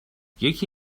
یکی